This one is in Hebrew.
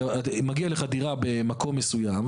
מגיע לך דירה במקום מסוים,